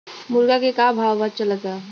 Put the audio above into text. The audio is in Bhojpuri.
मुर्गा के का भाव चलता?